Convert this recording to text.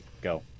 Go